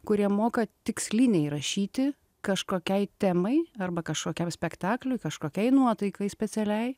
kurie moka tikslinei rašyti kažkokiai temai arba kažkokiam spektakliui kažkokiai nuotaikai specialiai